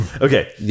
Okay